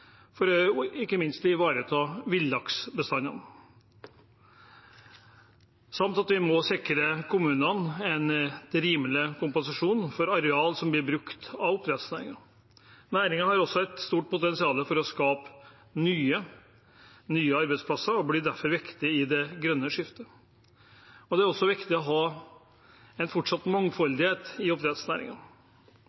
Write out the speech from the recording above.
for ikke minst å ivareta villaksbestandene, samt at vi må sikre kommunene en rimelig kompensasjon for areal som blir brukt av oppdrettsnæringen. Næringen har også et stort potensial for å skape nye arbeidsplasser og blir derfor viktig i det grønne skiftet. Det er også viktig å ha en fortsatt